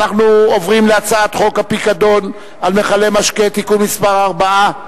אנחנו עוברים להצעת חוק הפיקדון על מכלי משקה (תיקון מס' 4)